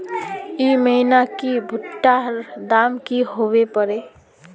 ई महीना की भुट्टा र दाम की होबे परे?